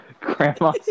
Grandma